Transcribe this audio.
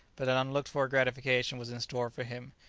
but an unlooked for gratification was in store for him.